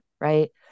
right